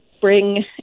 bring